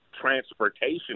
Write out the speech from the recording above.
transportation